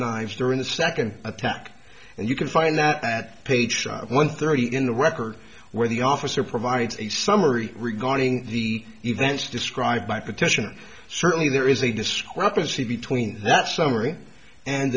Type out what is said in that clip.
knives during the second attack and you can find that page shot at one thirty in the record where the officer provides a summary regarding the events described by petition and certainly there is a discrepancy between that summary and